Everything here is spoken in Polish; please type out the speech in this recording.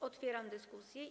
Otwieram dyskusję.